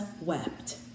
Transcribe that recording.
wept